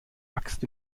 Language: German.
axt